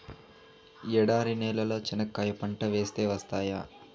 ఎడారి నేలలో చెనక్కాయ పంట వేస్తే వస్తాయా?